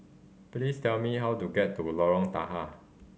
please tell me how to get to Lorong Tahar